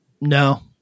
no